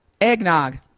Eggnog